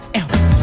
else